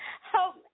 Help